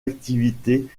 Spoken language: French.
activités